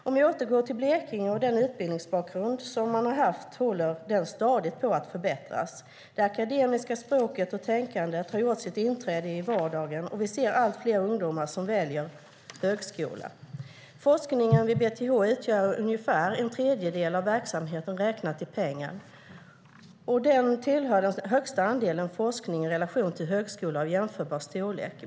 Om jag återgår till Blekinge och den utbildningsbakgrund som man har haft kan vi se att den stadigt håller på att förbättras. Det akademiska språket och tänkandet har gjort sitt inträde i vardagen och vi ser allt fler ungdomar som väljer högskolan. Forskningen vid BTH utgör ungefär en tredjedel av verksamheten räknat i pengar. Den tillhör dem som har den högsta andelen forskning i relation till högskola av jämförbar storlek.